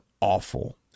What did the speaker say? awful